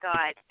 God